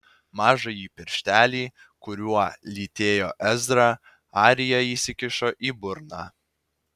mažąjį pirštelį kuriuo lytėjo ezrą arija įsikišo į burną